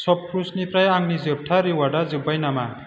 सपक्लुसनिफ्राय आंनि जोबथा रिवार्डआ जोब्बाय नामा